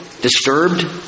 disturbed